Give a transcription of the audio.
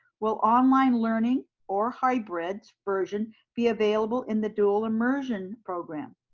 will online learning or hybrid version be available in the dual immersion program?